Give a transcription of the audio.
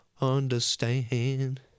understand